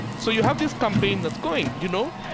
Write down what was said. so you have this campaign that's going, you know.